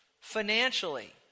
Financially